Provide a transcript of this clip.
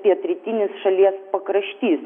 pietrytinis šalies pakraštys